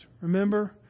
Remember